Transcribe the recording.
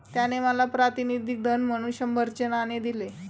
त्याने मला प्रातिनिधिक धन म्हणून शंभराचे नाणे दिले